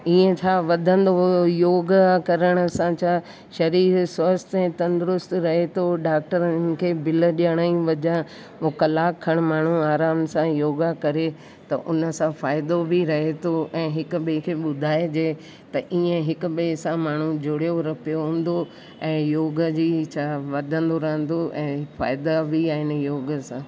ईअं छा वधंदो योगा करण असां जा शरीर स्वस्थ्यु ऐं तंदरुस्तु रहे थो डाक्टरनि खे बिल ॾियण जी बजाइ कलाकु खण माण्हूं आराम सां योगा करे त उन सां फ़ाइदो बि रहे थो ऐं हिक ॿिए खे ॿुधाइजे हीअ हिक ॿिए सां माण्हूं जुड़ियो पियो हूंदो ऐं योग जी छा वधंदो रहंदो ऐं फ़ाइदा बि आहिनि योग सां